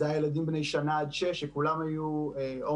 אלה היו ילדים בני שנה עד שש וכולם היו מועמדים